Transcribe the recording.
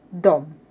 dom